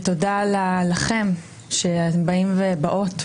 ותודה לכם שאתם באים ובאות,